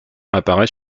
apparaît